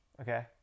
Okay